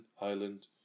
Island